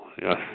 yes